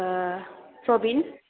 Prabin